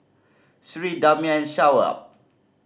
Sri Damia and Shoaib